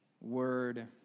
word